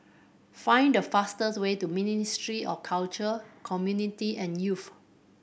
find the fastest way to Ministry of Culture Community and Youth